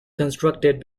constructed